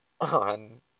on